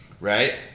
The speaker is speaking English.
right